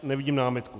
Nevidím námitku.